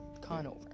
Conover